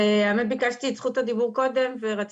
ביקשתי קודם את זכות הדיבור ורציתי